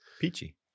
peachy